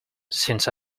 since